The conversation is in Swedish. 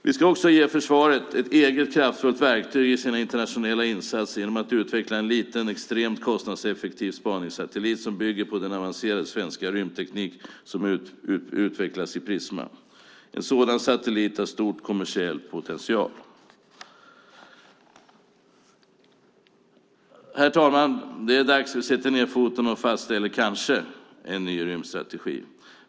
Vi ska ge försvaret ett eget kraftfullt verktyg i sina internationella insatser genom att utveckla en liten extremt kostnadseffektiv spaningssatellit som bygger på den avancerade svenska rymdteknik som utvecklats i Prisma. En sådan satellit har stor kommersiell potential. Herr talman! Det är dags att vi sätter ned foten och kanske fastställer en ny rymdstrategi.